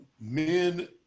men